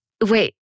Wait